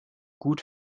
gut